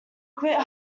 quit